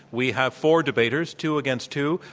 we have four debaters, two against two,